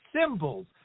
symbols